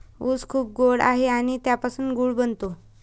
ऊस खूप गोड आहे आणि त्यापासून गूळ बनतो